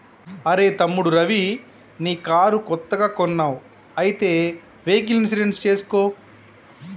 అరెయ్ తమ్ముడు రవి నీ కారు కొత్తగా కొన్నావ్ అయితే వెహికల్ ఇన్సూరెన్స్ చేసుకో